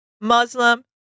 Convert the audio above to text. Muslim